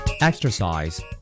Exercise